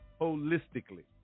holistically